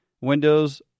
windows